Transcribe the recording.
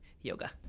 yoga